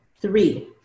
Three